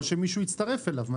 או שמישהו יצטרף אליו.